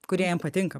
kurie jam patinka